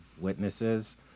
witnesses